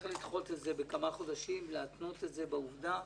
צריך לדחות את זה בכמה חודשים ולהתנות את זה בעובדה